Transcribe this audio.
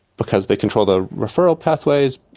because they control the referral pathways,